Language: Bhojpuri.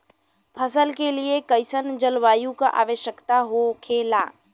फसल के लिए कईसन जलवायु का आवश्यकता हो खेला?